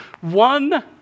One